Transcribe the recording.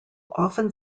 often